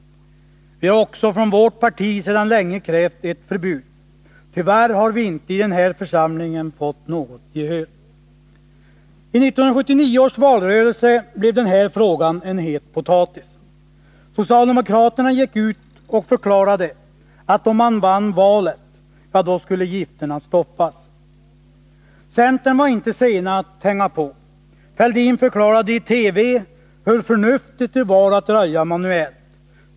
Vi har också från vårt parti sedan länge krävt ett förbud. Tyvärr har vi inte i den här församlingen fått något gehör. I 1979 års valrörelse blev den här frågan en het potatis. Socialdemokraterna gick ut och förklarade att om de vann valet, ja, då skulle gifterna stoppas. Centern var inte sen att hänga på. Thorbjörn Fälldin förklarade i TV hur förnuftigt det var att röja manuellt.